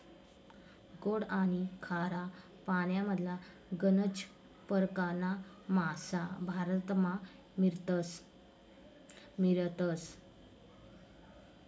गोड आनी खारा पानीमधला गनज परकारना मासा भारतमा मियतस